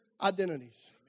identities